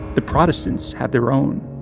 the protestants have their own